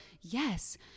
yes